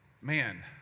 man